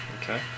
Okay